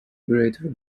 greater